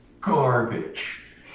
garbage